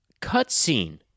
cutscene